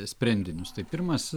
sprendinius tai pirmas